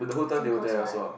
same course [what]